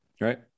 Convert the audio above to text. Right